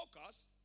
focus